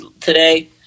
today